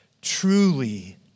Truly